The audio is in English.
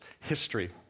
history